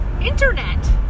internet